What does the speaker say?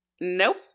Nope